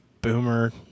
boomer